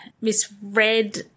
misread